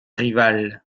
rival